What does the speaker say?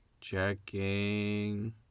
checking